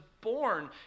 born